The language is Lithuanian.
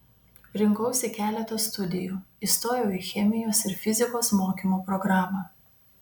rinkausi keletą studijų įstojau į chemijos ir fizikos mokymo programą